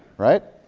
right?